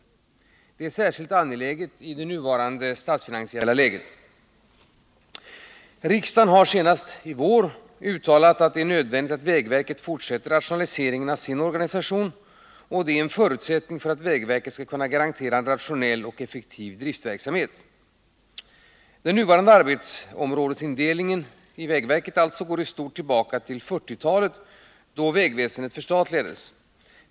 Detta är särskilt angeläget i nuvarande statsfinansiella Riksdagen har — senast nu i vår — uttalat att det är nödvändigt att vägverket fortsätter rationaliseringen av sin organisation och att detta är en förutsättning för att vägverket skall kunna garantera en rationell och effektiv driftverksamhet. Den nuvarande arbetsområdesindelningen går i stort tillbaka till 1940-talet då vägväsendet förstatligades.